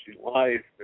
life